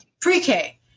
pre-K